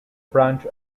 branch